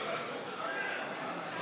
נתקבלה.